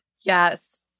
Yes